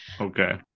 Okay